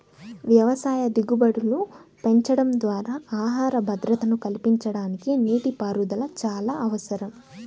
వ్యవసాయ దిగుబడులు పెంచడం ద్వారా ఆహార భద్రతను కల్పించడానికి నీటిపారుదల చాలా అవసరం